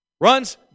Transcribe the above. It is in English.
Runs